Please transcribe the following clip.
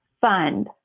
fund